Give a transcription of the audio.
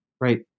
right